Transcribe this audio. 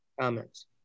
comments